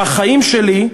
בחיים שלי,